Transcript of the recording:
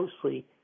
closely